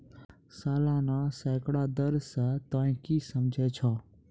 सलाना सैकड़ा दर से तोंय की समझै छौं